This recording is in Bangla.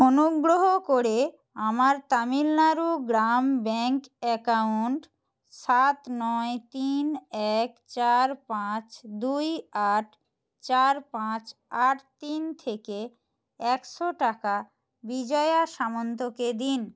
অনুগ্রহ করে আমার তামিলনাড়ু গ্রাম ব্যাঙ্ক অ্যাকাউন্ট সাত নয় তিন এক চার পাঁচ দুই আট চার পাঁচ আট তিন থেকে একশো টাকা বিজয়া সামন্তকে দিন